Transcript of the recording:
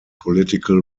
political